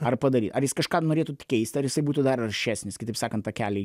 ar padarei ar jis kažką norėtų keisti ar jisai būtų dar aršesnis kitaip sakant takeliai